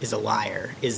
is a liar is